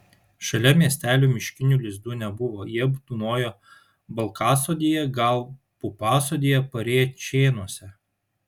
šalia miestelio miškinių lizdų nebuvo jie tūnojo balkasodyje gal pupasodyje parėčėnuose